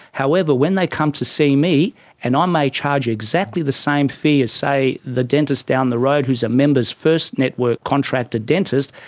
however when they come to see me and i um may charge exactly the same fee as, say, the dentist down the road who's a members first network contracted dentist,